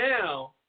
now